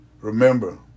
Remember